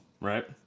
right